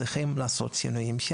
צריכים לעשות שם שינויים,